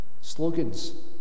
Slogans